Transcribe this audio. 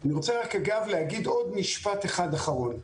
אני רוצה להגיד עוד משפט אחד אחרון.